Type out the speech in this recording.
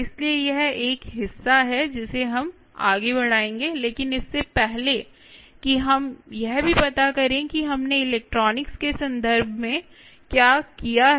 इसलिए यह एक हिस्सा है जिसे हम आगे बढ़ाएंगे लेकिन इससे पहले कि हम यह भी पता करें कि हमने इलेक्ट्रॉनिक्स के संदर्भ में क्या किया है